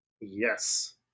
Yes